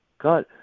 God